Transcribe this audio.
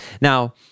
Now